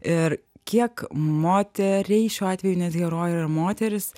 ir kiek moteriai šiuo atveju net herojė moteris